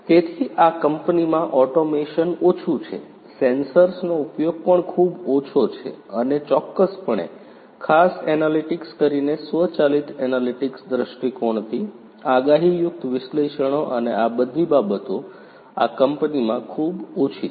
તેથી આ કંપનીમાં ઓટોમેશન ઓછું છે સેન્સર્સનો ઉપયોગ પણ ખૂબ ઓછો છે અને ચોક્કસપણે ખાસ એનલિટિક્સ કરીને સ્વચાલિત એનલિટિક્સ દૃષ્ટિકોણથી આગાહીયુક્ત વિશ્લેષણો અને આ બધી બાબતો આ કંપનીમાં ખૂબ ઓછી છે